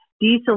diesel